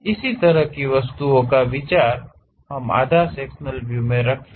इस तरह की वस्तुओं या विचारों को हम आधा सेक्शनल व्यू कहते हैं